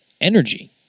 energy